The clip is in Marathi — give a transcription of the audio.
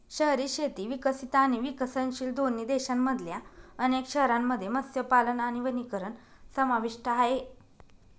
शहरी शेती विकसित आणि विकसनशील दोन्ही देशांमधल्या अनेक शहरांमध्ये मत्स्यपालन आणि वनीकरण समाविष्ट आहे